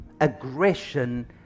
aggression